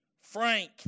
Frank